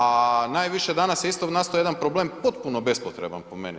A najviše danas se isto nastao jedan problem, potpuno bespotreban po meni.